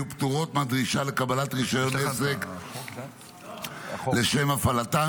יהיו פטורות מהדרישה לקבלת רישיון עסק לשם הפעלתן,